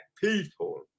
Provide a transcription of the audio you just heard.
people